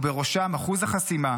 ובראשם אחוז החסימה,